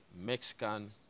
Mexican